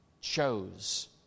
chose